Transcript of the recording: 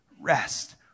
rest